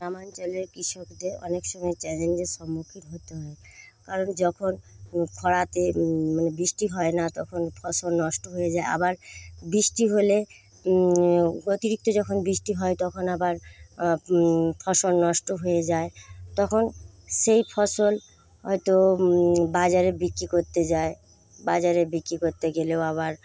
গ্রামাঞ্চলে কৃষকদের অনেক সময়ে চ্যালেঞ্জের সম্মুখীন হতে হয় কারণ যখন খরাতে বৃষ্টি হয় না তখন ফসল নষ্ট হয়ে যায় আবার বৃষ্টি হলে অতিরিক্ত যখন বৃষ্টি হয় তখন আবার ফসল নষ্ট হয়ে যায় তখন সেই ফসল হয়তো বাজারে বিক্রি করতে যায় বাজারে বিক্রি করতে গেলেও আবার